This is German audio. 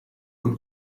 und